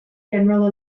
general